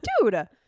Dude